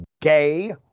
gay